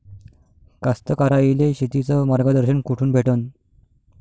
कास्तकाराइले शेतीचं मार्गदर्शन कुठून भेटन?